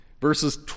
Verses